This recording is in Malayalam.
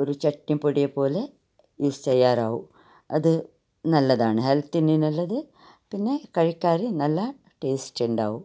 ഒരു ചട്ട്ണിപ്പൊടിയെ പോലെ യൂസ് ചെയ്യാറാകും അത് നല്ലതാണ് ഹെൽത്തിനു നല്ലത് പിന്നെ കഴിക്കാനും നല്ല ടേസ്റ്റ് ഉണ്ടാകും